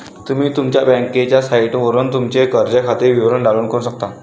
तुम्ही तुमच्या बँकेच्या साइटवरून तुमचे कर्ज खाते विवरण डाउनलोड करू शकता